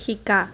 শিকা